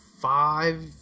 five